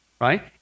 right